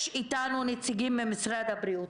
יש איתנו נציגים ממשרד הבריאות.